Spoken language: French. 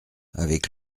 avec